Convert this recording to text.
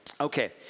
Okay